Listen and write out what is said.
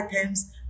items